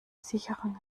sicherung